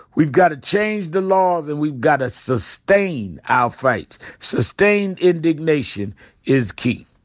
we've gotta change the laws and we've gotta sustain our fight. sustain indignation is key.